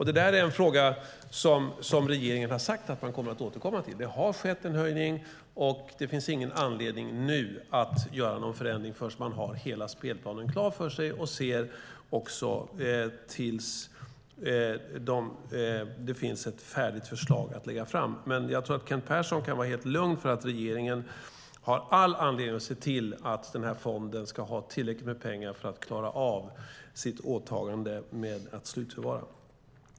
Det är en fråga som regeringen har sagt att man kommer att återkomma till. Det har skett en höjning, och det finns ingen anledning att göra någon förändring förrän man har hela spelplanen klar för sig och det finns ett färdigt förslag att lägga fram. Men jag tror att Kent Persson kan vara helt lugn eftersom regeringen har all anledning att se till att denna fond ska ha tillräckligt med pengar för att klara av sitt åtagande att slutförvara.